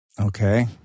Okay